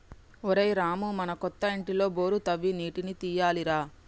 ఒరేయ్ రామూ మన కొత్త ఇంటిలో బోరు తవ్వి నీటిని తీయాలి రా